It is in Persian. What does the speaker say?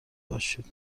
باشید